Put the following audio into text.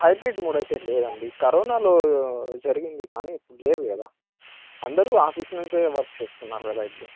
hybrid mode అయితే లేదండి కరోనాలో జరిగింది కానీ ఇప్పుడు లేదు కదా అందరూ ఆఫీస్ నుంచే వర్క్ చేస్తున్నారు కదా ఇప్పుడు